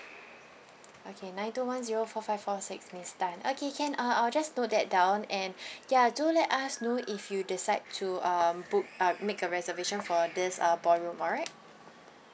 okay nine two one zero four five four six miss tan okay can uh I will just note that down and ya do let us know if you decide to uh book uh make a reservation for this uh ballroom alright